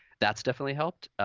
that's definitely helped.